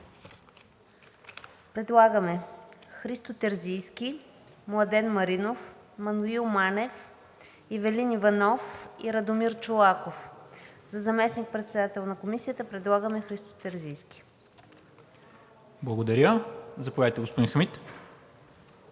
предлагаме: Христо Терзийски, Младен Маринов, Маноил Манев, Ивелин Иванов и Радомир Чолаков. За заместник-председател на Комисията предлагаме Христо Терзийски. ПРЕДСЕДАТЕЛ НИКОЛА МИНЧЕВ: Благодаря. Заповядайте, господин Хамид.